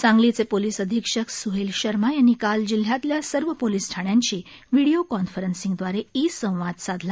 सांगलीचे पोलीस अधिक्षक स्हेल शर्मा यांनी काल जिल्ह्यातल्या सर्व पोलीस ठाण्यांशी व्हिडीओ कॉन्फरन्सिंगद्वारे ई संवाद साधला